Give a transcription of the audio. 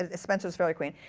ah spenser's faerie queene,